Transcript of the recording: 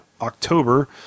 October